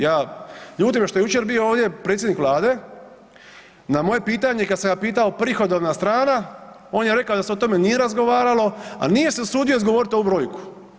Ja, ljuti me što je jučer bio ovdje predsjednik Vlade na moje pitanje kad sam ga pitao prihodovna strana, on je rekao da se o tome nije razgovaralo, a nije se usudio izgovoriti ovu brojku.